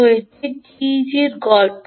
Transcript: তো এটি টিইজি র গল্প